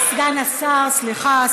סגן השר, סליחה.